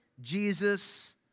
Jesus